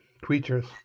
creatures